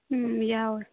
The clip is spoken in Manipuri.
ꯎꯝ ꯌꯥꯎꯋꯦ